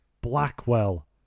Blackwell